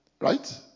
Right